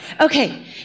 Okay